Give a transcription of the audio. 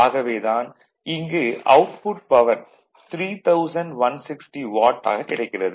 ஆகவே தான் இங்கு அவுட்புட் பவர் 3160 வாட் ஆகக் கிடைக்கிறது